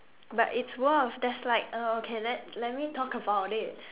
but it's worth there's like uh okay let let me talk about it